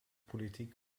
politik